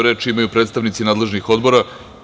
Reč imaju predstavnici nadležnih odbora.